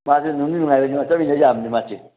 ꯃꯥꯖꯨ ꯅꯨꯡꯗꯤ ꯅꯨꯡꯉꯥꯏꯕꯅꯤ ꯆꯠꯃꯤꯟꯅ ꯌꯥꯕꯅꯤ ꯃꯥꯁꯦ